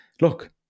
look